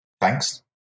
thanks